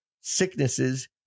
sicknesses